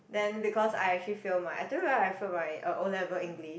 then because I actually fail my I told you right I failed um my O-level english